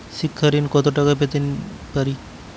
শিক্ষা ঋণ কত টাকা পেতে পারি?